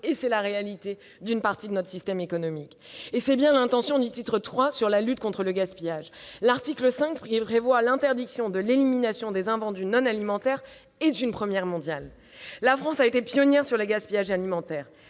c'est la réalité d'une partie de notre système économique. C'est bien à cela que s'attaque le titre III de ce texte, relatif à la lutte contre le gaspillage. L'article 5 prévoit l'interdiction de l'élimination des invendus non alimentaires : c'est une première mondiale ! La France a été pionnière sur le gaspillage alimentaire.